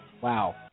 Wow